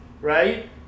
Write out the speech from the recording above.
right